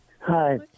Hi